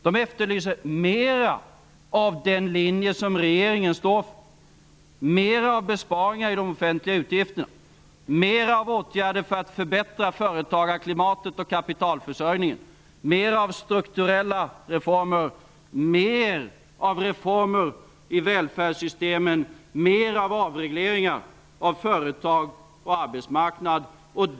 Man efterlyser mer av den linje som regeringen står för: mer av besparingar i de offentliga utgifterna, mer av åtgärder för att förbättra företagarklimatet och kapitalförsörjningen, mer av strukturella reformer, mer av reformer i välfärdssystemen och mer av avregleringar av företag och arbetsmarknad.